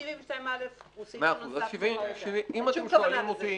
סעיף 72א הוא סעיף נוסף - אין שום כוונה כזאת.